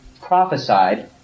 prophesied